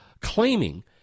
claiming